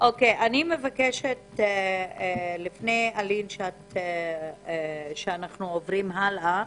אני מבקשת, אלין לפני שאנחנו עוברים הלאה,